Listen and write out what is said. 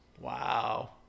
Wow